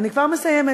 אני כבר מסיימת.